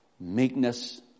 meekness